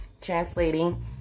translating